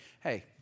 hey